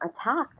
attacked